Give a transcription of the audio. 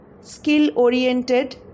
skill-oriented